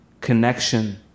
connection